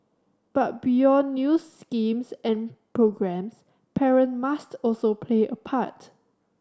but beyond new schemes and programmes parent must also play a part